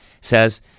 says